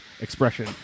expression